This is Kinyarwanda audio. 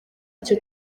icyo